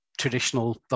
traditional